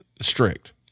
strict